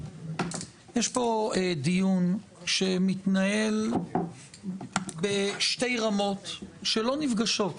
יש פה דיון שמתנהל בשתי רמות שלא נפגשות.